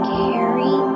carry